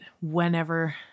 whenever